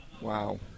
wow